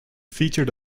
featured